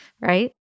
right